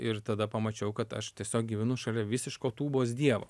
ir tada pamačiau kad aš tiesiog gyvenu šalia visiško tūbos dievo